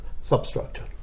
substructure